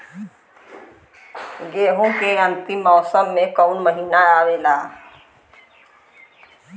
गेहूँ के अंतिम मौसम में कऊन महिना आवेला?